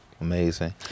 amazing